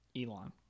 Elon